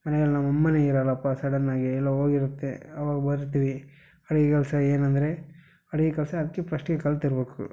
ಮನೆಯಲ್ಲಿ ನಮ್ಮ ಅಮ್ಮನೇ ಇರೋಲ್ಲಪ್ಪ ಸಡನ್ನಾಗಿ ಎಲ್ಲೋ ಹೋಗಿರುತ್ತೆ ಅವಾಗ ಬರ್ತೀವಿ ಅಡಿಗೆ ಕೆಲಸ ಏನಂದರೆ ಅಡಿಗೆ ಕೆಲಸ ಅಷ್ಟೂ ಫಸ್ಟಿಗೆ ಕಲ್ತಿರ್ಬೇಕು